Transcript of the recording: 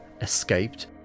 escaped